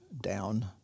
down